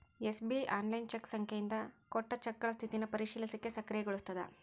SBI online cheque ಸಂಖ್ಯೆಯಿಂದ ಕೊಟ್ಟ ಚೆಕ್ಗಳ ಸ್ಥಿತಿನ ಪರಿಶೇಲಿಸಲಿಕ್ಕೆ ಸಕ್ರಿಯಗೊಳಿಸ್ತದ